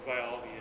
无 fine ao bin 源